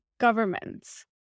governments